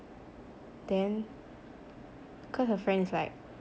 then cause her friend is like